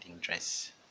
dress